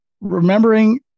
remembering